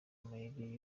amayeri